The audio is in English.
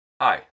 Hi